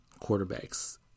quarterbacks